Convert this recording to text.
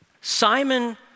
Simon